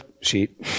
sheet